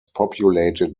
populated